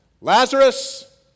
Lazarus